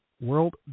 world